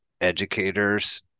educators